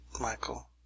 Michael